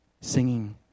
Singing